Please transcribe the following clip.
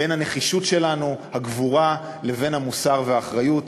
בין הנחישות שלנו והגבורה לבין המוסר והאחריות,